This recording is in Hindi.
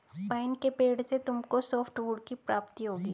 पाइन के पेड़ से तुमको सॉफ्टवुड की प्राप्ति होगी